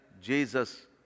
Jesus